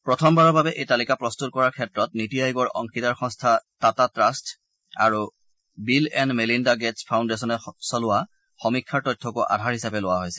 প্ৰথমবাৰৰ বাবে এই তালিকা প্ৰস্তত কৰাৰ ক্ষেত্ৰত নীতি আয়োগৰ অংশীদাৰ সংস্থা টাটা ট্টাট্ট আৰু বিল এণ্ড মেলিণ্ডা গেটছ ফাউণ্ডেশ্যনে চলোৱা সমীক্ষাৰ তথ্যকো আধাৰ হিচাপে লোৱা হৈছে